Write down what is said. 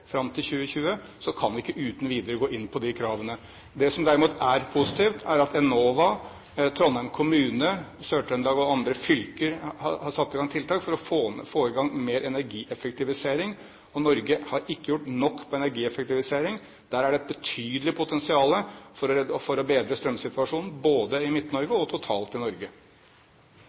fram til 2020, kan vi ikke uten videre gå inn på de kravene. Det som derimot er positivt, er at Enova, Trondheim kommune, Sør-Trøndelag og andre fylker har satt i gang tiltak for å få i gang mer energieffektivisering. Og Norge har ikke gjort nok på energieffektivisering. Der er det et betydelig potensial for å bedre strømsituasjonen, både i Midt-Norge og totalt i Norge.